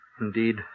Indeed